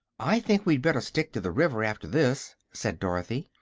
i think we'd better stick to the river, after this, said dorothy.